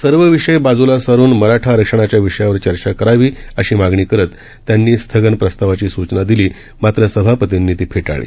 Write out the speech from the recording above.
सर्वविषयबाजूलासारूनमराठाआरक्षणाच्याविषयावरचर्चाकरावी अशीमागीकरतत्यांनीस्थगनप्रस्तावाचीसूचनादिली मात्रसभापतींनीतीफेटाळली